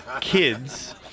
kids